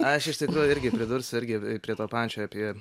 aš iš tikrųjų irgi pridursiu irgi prie to pačio apie